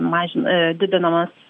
mažina didinamas